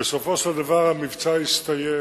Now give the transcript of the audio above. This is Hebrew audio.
ובסופו של דבר המבצע הסתיים.